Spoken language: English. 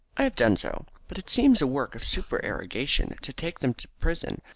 i have done so. but it seems a work of supererogation to take them to prison,